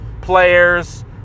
players